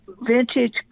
vintage